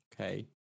okay